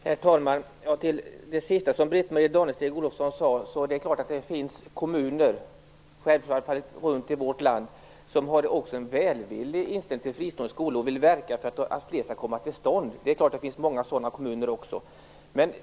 Herr talman! På det sista som Britt-Marie Danestig-Olofsson sade vill jag svara att det är klart att det finns kommuner i vårt land som har en välvillig inställning till fristående skolor och vill verka för att fler skall komma till stånd. Det är klart att det finns många sådana kommuner också.